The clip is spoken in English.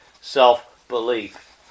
self-belief